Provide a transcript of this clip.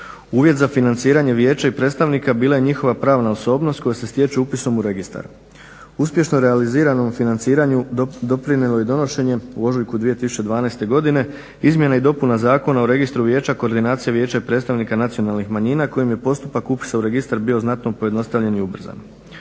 Uvjet za financiranje vijeća i predstavnika bila je njihova pravna osobnost koja se stječe upisom u registar. Uspješno realiziranom financiranju doprinijelo je i donošenje u ožujku 2012. godine izmjena i dopuna Zakona o Registru vijeća koordinacija vijeća predstavnika nacionalnih manjina kojim je postupak upisa u registar bio znatno pojednostavljen i ubrzan.